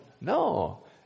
No